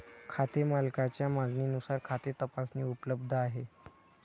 खाते मालकाच्या मागणीनुसार खाते तपासणी उपलब्ध आहे